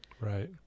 right